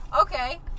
Okay